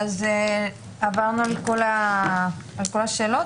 עברנו על כל השאלות